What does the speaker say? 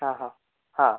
ആ ആ ആ